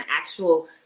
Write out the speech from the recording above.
actual